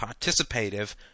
participative